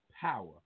power